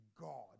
God